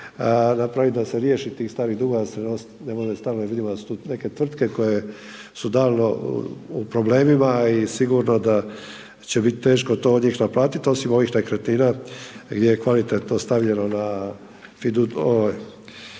na kraju da se riješi tih starih dugova, da se ne .../Govornik se ne razumije./... neke tvrtke koje su davno u problemima i sigurno da će bit teško to od njih naplatiti a osim ovih nekretnina gdje je kvalitetno stavljeno na